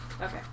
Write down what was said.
okay